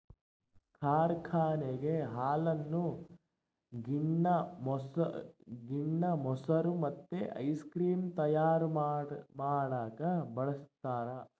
ಕಾರ್ಖಾನೆಗ ಹಾಲನ್ನು ಗಿಣ್ಣ, ಮೊಸರು ಮತ್ತೆ ಐಸ್ ಕ್ರೀಮ್ ತಯಾರ ಮಾಡಕ ಬಳಸ್ತಾರ